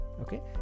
okay